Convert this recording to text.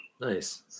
nice